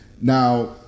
Now